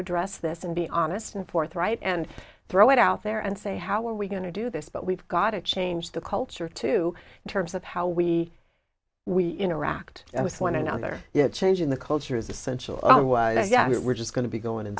address this and be honest and forthright and throw it out there and say how are we going to do this but we've got to change the culture too in terms of how we we interact with one another changing the culture is essential i was like yeah we're just going to go in and